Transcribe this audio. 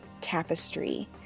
tapestry